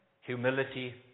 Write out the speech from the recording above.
humility